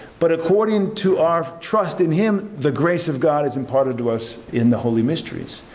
but according to our trust in him, the grace of god is imparted to us in the holy mysteries.